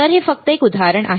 तर हे फक्त एक उदाहरण आहे